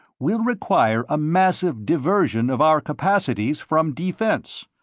will require a massive diversion of our capacities from defense.